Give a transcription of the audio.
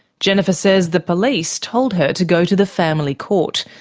jennifer says the police told her to go to the family court,